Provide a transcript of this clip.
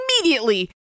immediately